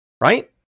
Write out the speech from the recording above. right